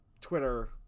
Twitter